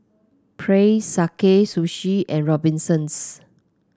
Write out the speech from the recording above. Praise Sakae Sushi and Robinsons